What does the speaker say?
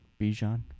Bijan